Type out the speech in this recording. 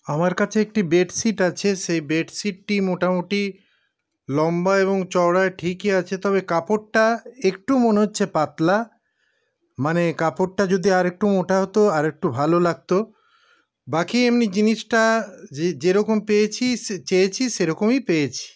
আমার কাছে একটি বেডশিট আছে সেই বেডশিটটি মোটামোটি লম্বা এবং চওড়ায় ঠিকই আছে তবে কাপড়টা একটু মনে হচ্ছে পাতলা মানে কাপড়টা যদি আরেকটু মোটা হত আরেকটু ভালো লাগত বাকি এমনি জিনিসটা যে যেরকম পেয়েছি চেয়েছি সেরকমই পেয়েছি